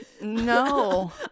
No